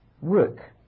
work